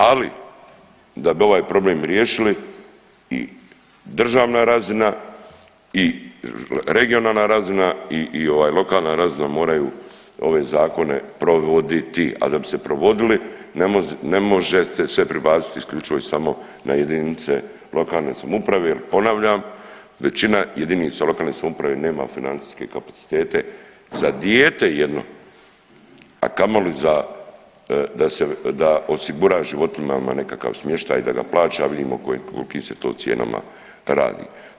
Ali da bi ovaj problem riješili i državna razina i regionalna razina i ovaj lokalna razina moraju ove zakone provoditi, a da bi se provodili ne može se sve prebaciti isključivo i samo na jedinice lokalne samouprave jer ponavljam većina jedinica lokalne samouprave nema financijske kapacitete za dijete jedno, a kamoli za da osigura životinjama nekakav smještaj i da ga plaća, a vidimo o kolkim se to cijenama radi.